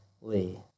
Lee